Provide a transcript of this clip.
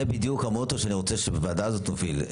זה בדיוק המוטו שאני רוצה שהוועדה הזאת תוביל.